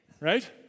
Right